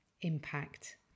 impact